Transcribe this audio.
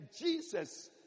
Jesus